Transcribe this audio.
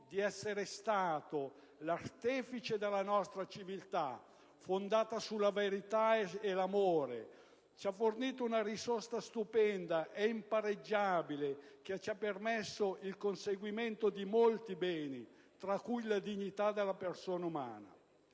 di essere stato l'artefice della nostra civiltà, fondata sulla verità e l'amore; ci ha fornito una risorsa stupenda e impareggiabile che ci ha premesso il conseguimento di molti beni, tra cui la dignità della persona umana.